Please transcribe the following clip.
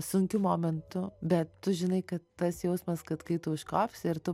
sunkių momentų bet tu žinai kad tas jausmas kad kai tu užkopsi ir tu